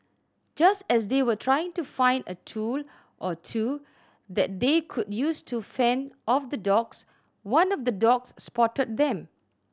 just as they were trying to find a tool or two that they could use to fend off the dogs one of the dogs spotted them